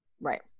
right